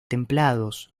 templados